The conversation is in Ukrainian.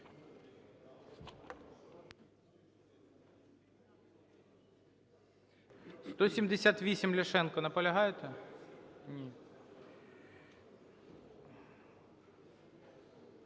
178, Ляшенко. Наполягаєте? Ні.